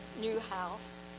Newhouse